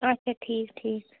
آچھا ٹھیٖک ٹھیٖک